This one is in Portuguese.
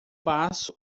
passo